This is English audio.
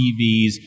TVs